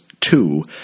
two